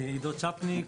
עידו צפניק,